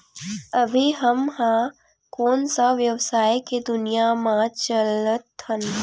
अभी हम ह कोन सा व्यवसाय के दुनिया म चलत हन?